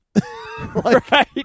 Right